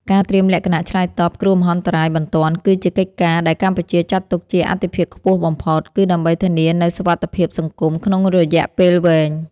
ការត្រៀមលក្ខណៈឆ្លើយតបគ្រោះមហន្តរាយបន្ទាន់ គឺជាកិច្ចការដែលកម្ពុជាចាត់ទុកជាអាទិភាពខ្ពស់បំផុត គឺដើម្បីធានានូវសុវត្ថិភាពសង្គមក្នុងរយៈពេលវែង។